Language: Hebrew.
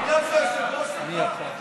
בגלל שהוא היושב-ראש שלך?